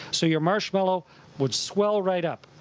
so your marshmallow would swell right up.